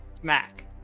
smack